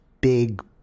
big